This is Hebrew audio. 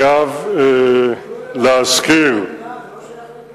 הגילוי הנאות, זה לא שייך לפה.